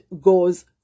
goes